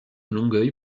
longueuil